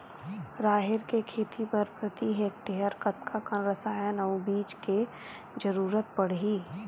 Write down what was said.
राहेर के खेती बर प्रति हेक्टेयर कतका कन रसायन अउ बीज के जरूरत पड़ही?